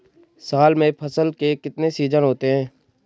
साल में फसल के कितने सीजन होते हैं?